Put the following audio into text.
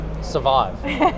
survive